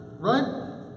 Right